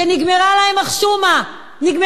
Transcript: שנגמרה הבושה.